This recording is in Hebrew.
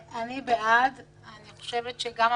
בוקר טוב לכולם, אני פותח את הישיבה.